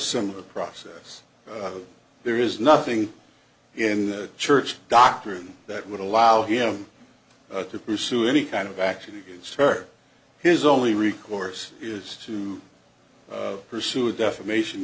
similar process there is nothing in the church doctrine that would allow him to pursue any kind of actually it's her his only recourse is to pursue a defamation